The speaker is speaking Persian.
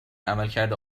عملکرد